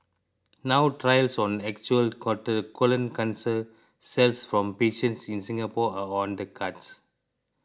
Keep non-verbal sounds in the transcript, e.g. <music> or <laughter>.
now trials on actual <unintelligible> colon cancer cells from patients in Singapore are on the cards